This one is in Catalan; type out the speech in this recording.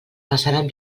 passaren